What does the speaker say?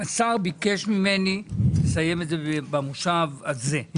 השר ביקש ממני לסיים את זה במושב הזה,